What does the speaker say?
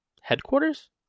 headquarters